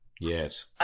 Yes